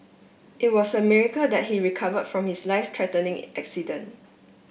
it was a miracle that he recover from his life threatening accident